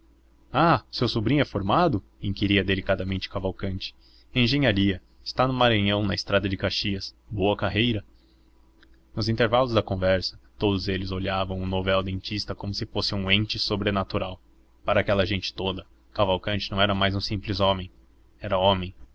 ah seu sobrinho é formado inquiria delicadamente cavalcanti em engenharia está no maranhão na estrada de caxias boa carreira nos intervalos da conversa todos eles olhavam o novel dentista como se fosse um ente sobrenatural para aquela gente toda cavalcanti não era mais um simples homem era homem